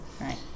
Right